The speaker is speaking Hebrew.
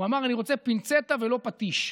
הוא אמר: אני רוצה פינצטה ולא פטיש.